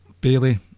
Bailey